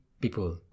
people